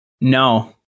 No